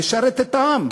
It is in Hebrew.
לשרת את העם,